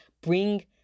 bring